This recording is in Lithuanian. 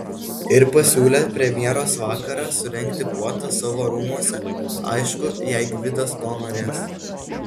ir pasiūlė premjeros vakarą surengti puotą savo rūmuose aišku jei gvidas to norės